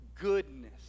goodness